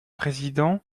président